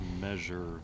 measure